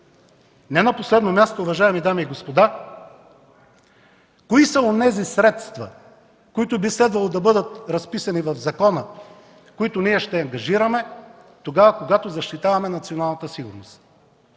Не на последно място, уважаеми дами и господа, кои са онези средства, които би следвало да бъдат разписани в закона, които ние ще ангажираме, когато защитаваме националната сигурност